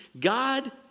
God